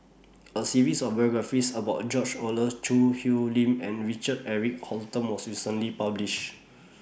A series of biographies about George Oehlers Choo Hwee Lim and Richard Eric Holttum was recently published